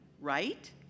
right